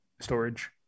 storage